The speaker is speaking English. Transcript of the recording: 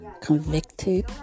convicted